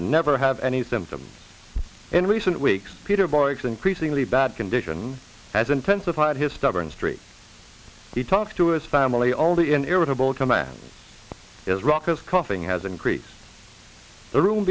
and never have any symptoms in recent weeks peter borax increasingly bad condition has intensified his stubborn streak he talks to his family all the in irritable commands is raucous coughing has increased the room